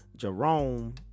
jerome